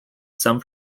some